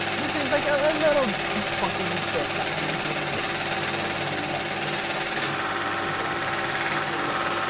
this is like ah a little quirky bit that when you're dealing with worker that you have have to encounter, i guess, unfortunately.